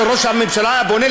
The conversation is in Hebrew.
שראש הממשלה היה בונה,